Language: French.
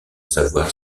savoir